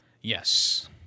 Yes